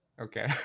Okay